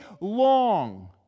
long